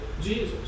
Jesus